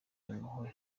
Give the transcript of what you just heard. impuhwe